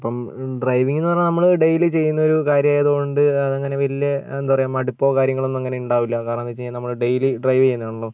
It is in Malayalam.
അപ്പം ഡ്രൈവിങ്ങ് എന്ന് പറഞ്ഞാൽ നമ്മൾ ഡെയിലി ചെയ്യുന്നൊരു കാര്യമായതുകൊണ്ട് അതങ്ങനെ വലിയ എന്താണ് പറയുക മടുപ്പോ കാര്യങ്ങളൊന്നും അങ്ങനെ ഉണ്ടാവില്ല കാരണം എന്താണ് വെച്ചു കഴിഞ്ഞാൽ നമ്മൾ ഡെയിലി ഡ്രൈവ് ചെയ്യുന്നതാണല്ലോ